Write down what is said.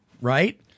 right